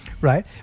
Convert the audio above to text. right